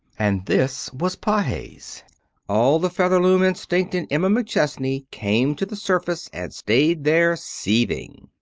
and this was pages! all the featherloom instinct in emma mcchesney came to the surface and stayed there, seething.